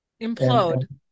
Implode